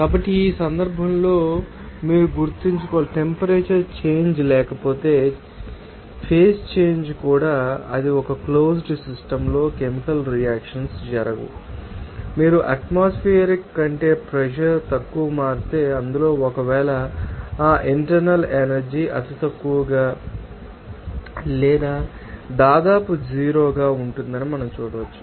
కాబట్టి ఈ సందర్భంలో మీరు గుర్తుంచుకోవాలి టెంపరేచర్ చేంజ్ లేకపోతే ఫేజ్ చేంజ్ కూడా అది ఒక క్లోజ్డ్ సిస్టమ్లో కెమికల్ రియాక్షన్స్ ు జరగవు మరియు మీరు అట్మాస్ఫెరిక్ ం కంటే ప్రెషర్ మా తక్కువ మారితే అందులో ఒకవేళ ఆ ఇంటర్నల్ ఎనర్జీ అతితక్కువగా లేదా దాదాపుగా జీరో గా ఉంటుందని మనం చూడవచ్చు